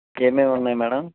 ఇంక ఏమేమి ఉన్నాయి మేడమ్